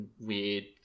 weird